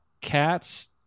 cats